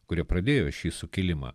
kurie pradėjo šį sukilimą